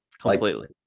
completely